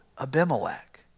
Abimelech